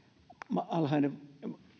alhainen